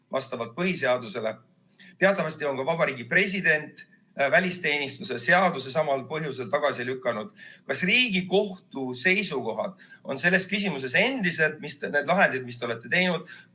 vastavalt põhiseadusele? Teatavasti on ka Vabariigi President välisteenistuse seaduse samal põhjusel tagasi lükanud. Kas Riigikohtu seisukohad on selles küsimuses endiselt samad kui nendes lahendites, mis te olete teinud,